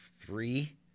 three